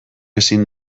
ezin